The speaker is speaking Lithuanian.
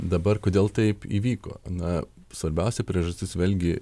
dabar kodėl taip įvyko na svarbiausia priežastis vėlgi